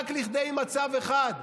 רק כדי שיהיה מצב אחד,